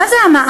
מה זה המע"מ?